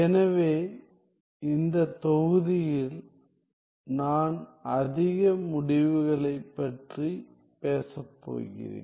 எனவே இந்த தொகுதியில் நான் அதிக முடிவுகளைப் பற்றி பேசப் போகிறேன்